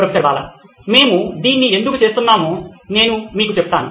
professor Bala మేము దీన్ని ఎందుకు చేస్తున్నామో నేను మీకు చెప్తాను